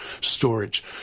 storage